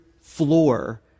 floor